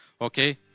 Okay